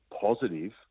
positive